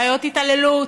בעיות התעללות,